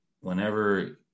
whenever